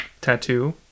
tattoo